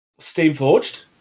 Steamforged